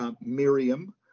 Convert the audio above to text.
Miriam